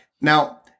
Now